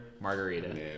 margarita